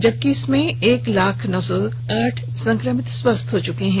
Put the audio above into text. जबकि इसमें एक लाख नौ सौ आठ संक्रमित स्वस्थ हो चुके हैं